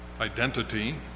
identity